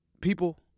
People